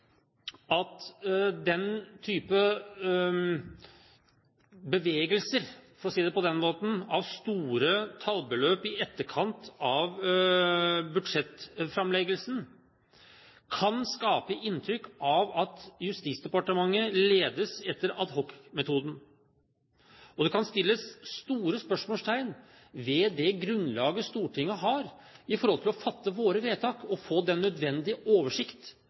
at den type bevegelser – for å si det på den måten – av store tallbeløp i etterkant av budsjettframleggelsen kan skape et inntrykk av at Justisdepartementet ledes etter adhocmetoden, og det kan settes store spørsmålstegn ved det grunnlaget Stortinget har for å fatte sine vedtak og få den nødvendige oversikt